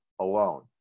alone